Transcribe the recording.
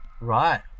Right